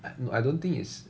eh I don't think it's